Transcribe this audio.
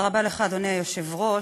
אדוני היושב-ראש,